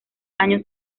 años